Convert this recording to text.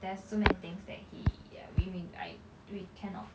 there's so many things that he we mean I we cannot